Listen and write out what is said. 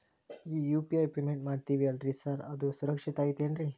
ಈ UPI payment ಮಾಡ್ತೇವಿ ಅಲ್ರಿ ಸಾರ್ ಅದು ಸುರಕ್ಷಿತ್ ಐತ್ ಏನ್ರಿ?